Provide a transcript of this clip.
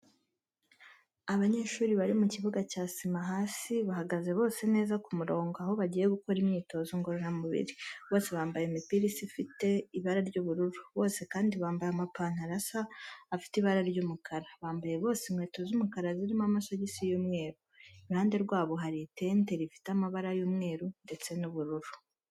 Abanyeshuri bari mu kibuga cya sima hasi, bahagaze bose neza bari ku murongo, aho bagiye gukora imyitozo ngororamubiri, bose bambaye imipira isa ifite ibara ry'ubururu, bose kandi bambaye amapantaro asa afite ibara ry'umukara, bambaye bose inkweto z'umukara zirimo amasogisi y'umweru. Iruhande rwabo hari itente rifite amabara y'umweru ndetse n'ubururu.